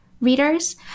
readers